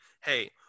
hey